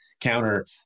counter